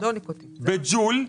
ב-ג'ול,